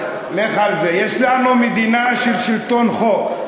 לנו מדינה של שלטון חוק.